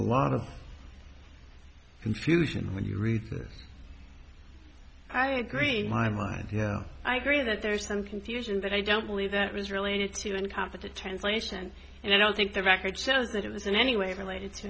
a lot of confusion when you read this i agree my mind you know i agree that there's some confusion but i don't believe that was related to incompetent translation and i don't think the record shows that it was in any way related t